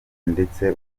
ndetse